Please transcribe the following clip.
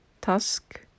task